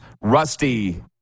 Rusty